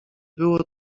było